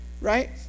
right